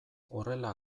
horrela